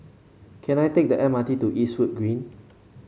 can I take the M R T to Eastwood Green